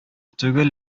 түгел